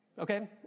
Okay